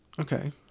Okay